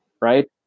right